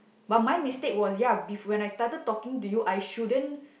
but my mistake was ya be when I started talking to you I shouldn't